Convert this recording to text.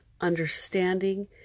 understanding